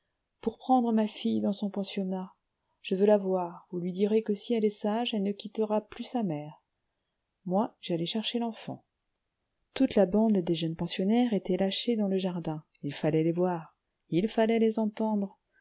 pour prendre ma fille dans son pensionnat je veux la voir vous lui direz que si elle est sage elle ne quittera plus sa mère moi j'allai chercher l'enfant toute la bande des jeunes pensionnaires était lâchée dans le jardin il fallait les voir il fallait les entendre